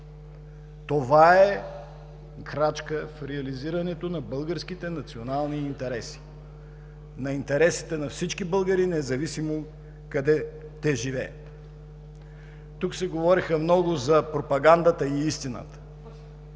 Това е крачка в реализирането на българските национални интереси, на интересите на всички българи, независимо къде живеят. Тук се говореше много за пропагандата и истината.